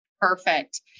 Perfect